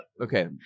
okay